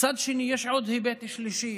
מצד שני, יש היבט שלישי